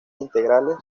integrales